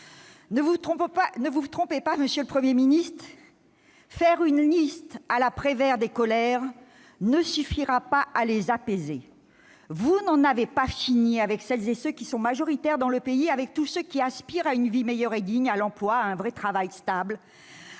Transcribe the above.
Ne vous y trompez pas, monsieur le Premier ministre, faire une liste à la Prévert des colères ne suffira pas à les apaiser. Vous n'en avez pas fini avec celles et ceux qui, majoritaires dans le pays, aspirent à une vie meilleure et digne, à l'emploi, à un vrai travail stable,